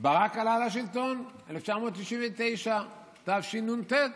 ברק עלה לשלטון, 1999, תשנ"ט.